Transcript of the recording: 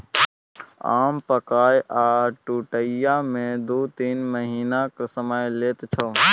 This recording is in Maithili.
आम पाकय आ टुटय मे दु तीन महीनाक समय लैत छै